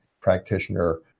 practitioner